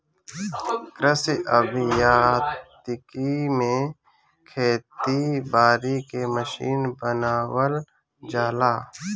कृषि अभियांत्रिकी में खेती बारी के मशीन बनावल जाला